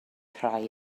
rhai